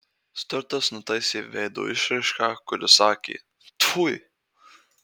stiuartas nutaisė veido išraišką kuri sakė tfui